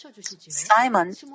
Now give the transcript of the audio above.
Simon